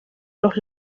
los